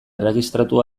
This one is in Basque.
erregistratu